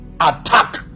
attack